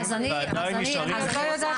ועדיין נשארים בחסר --- שנייה,